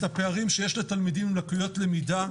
הפערים שיש לתלמידים עם לקויות למידה.